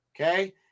Okay